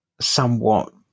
somewhat